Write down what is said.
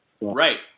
Right